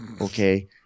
Okay